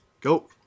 go